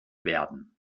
werden